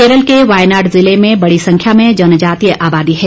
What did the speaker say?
केरल के वायनाड जिले में बड़ी संख्या में जनजातीय आबादी है